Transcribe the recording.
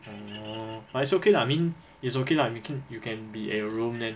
orh but it's okay lah I mean it's okay lah you can you can be in a room then